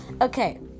Okay